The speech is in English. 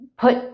Put